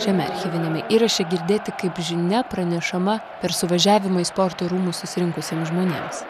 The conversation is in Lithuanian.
šiame archyviniame įraše girdėti kaip žinia pranešama per suvažiavimą į sporto rūmus susirinkusiems žmonėms